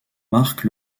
marque